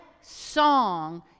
song